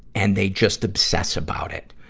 and they just obsess about it.